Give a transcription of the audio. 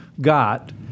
got